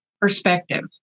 perspective